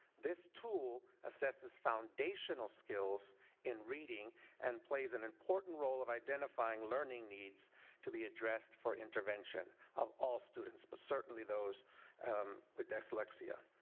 this tool assesses foundational skills in reading and plays an important role of identifying learning needs to be addressed for intervention of all students, but certainly those with dyslexia.